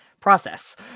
process